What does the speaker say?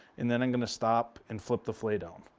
and then i'm going to stop and flip the filet down.